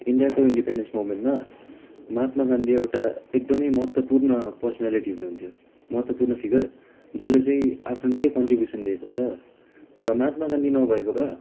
इन्डियाको इन्डिपेन्डेन्स मुभमेन्टमा महात्मा गान्धी एउटा एकदमै महत्त्वपूर्ण पर्सन्यालिटी हुनुहुन्थ्यो महत्त्वपूर्ण फिगर जसले चाहिँ आफ्नो निकै कन्ट्रिब्युसन दिएको छ र महात्मा गान्धी नभएको भए